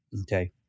Okay